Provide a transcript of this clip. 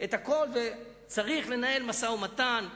צריך לנהל משא-ומתן עקבי,